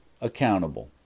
accountable